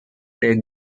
take